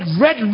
red